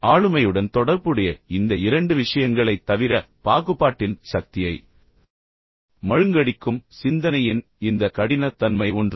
ஆளுமையுடன் தொடர்புடைய இந்த இரண்டு விஷயங்களைத் தவிர பாகுபாட்டின் சக்தியை மழுங்கடிக்கும் சிந்தனையின் இந்த கடினத்தன்மை ஒன்று